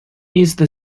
east